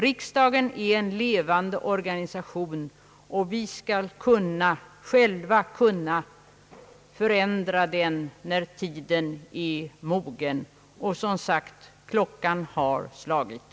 Riksdagen är en levande organisation, och vi skall själva kunna förändra den när tiden är mogen. Och som sagt: Klockan är slagen.